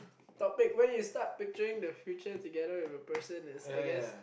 topic when you start picturing the future together with the person as I guess